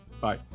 Bye